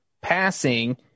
passing